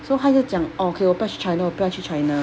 so 她就讲 orh 我不要去 china 我不要去 china